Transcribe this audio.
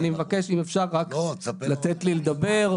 אני מבקש אם אפשר רק לתת לי לדבר,